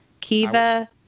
Kiva